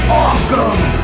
awesome